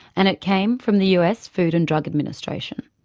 and it came from the us food and drug administration.